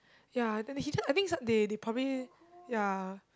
ya then he just I think they they probably ya